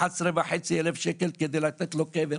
11,500 שקל כדי לתת לו קבר.